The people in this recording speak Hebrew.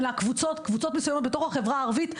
בקבוצות בחברה הערבית,